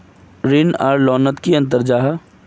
ऋण आर लोन नोत की अंतर जाहा?